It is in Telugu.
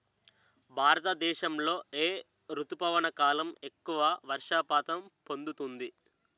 భారతదేశంలో ఏ రుతుపవన కాలం ఎక్కువ వర్షపాతం పొందుతుంది?